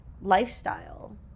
lifestyle